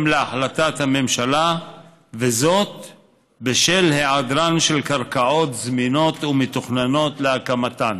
להחלטת הממשלה בשל היעדר קרקעות זמינות ומתוכננות להקמתן.